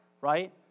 right